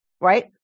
right